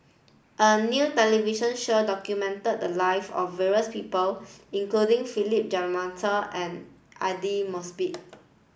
a new television show documented the live of various people including Philip Jeyaretnam and Aidli Mosbit